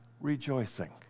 rejoicing